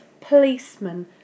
policeman